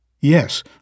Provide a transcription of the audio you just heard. Yes